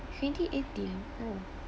twenty eighteen oh